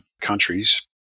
countries